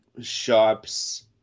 shops